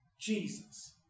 Jesus